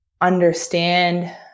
understand